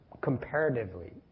comparatively